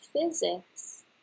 physics